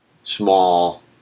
small